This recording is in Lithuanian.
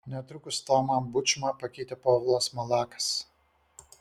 netrukus tomą bučmą pakeitė povilas malakas